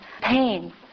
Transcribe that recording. pain